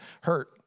hurt